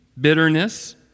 bitterness